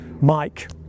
Mike